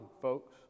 folks